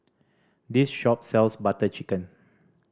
this shop sells Butter Chicken